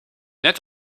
net